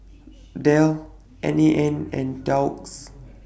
Dell N A N and Doux